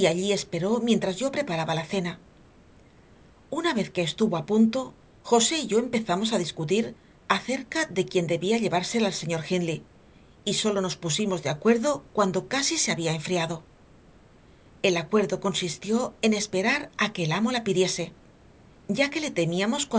allí esperó mientras yo preparaba la cena una vez que estuvo a punto josé y yo empezamos a discutir acerca de quién debía llevársela al señor hindley y sólo nos pusimos de acuerdo cuando casi se había enfriado el acuerdo consistió en esperar a que el amo la pidiese ya que le temíamos